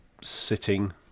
sitting